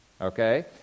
Okay